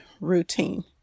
routine